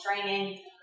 training